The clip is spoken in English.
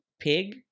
pig